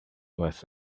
was